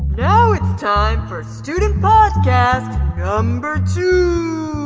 now it's time for student podcast number two.